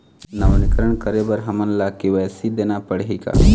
नवीनीकरण करे बर हमन ला के.वाई.सी देना पड़ही का?